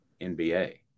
NBA